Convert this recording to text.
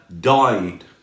died